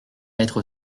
être